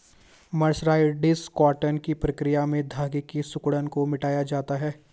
mercerised cotton की प्रक्रिया में धागे की सिकुड़न को मिटाया जाता है